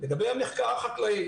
המחקר החקלאי